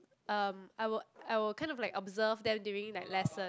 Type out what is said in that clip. um I was I was kind of like observe them during that lesson